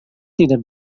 tidak